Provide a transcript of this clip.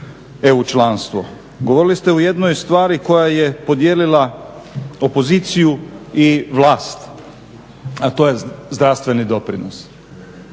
EU članstvo. Govorili ste o jednoj stvari koja je podijelila opoziciju i vlast, a to je zdravstveni doprinos.